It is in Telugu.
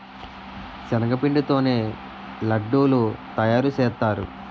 శనగపిండి తోనే లడ్డూలు తయారుసేత్తారు